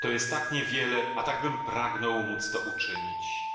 to jest tak nie wiele a takbym pragnął móc to uczynić